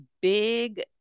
big